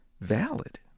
valid